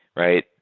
right?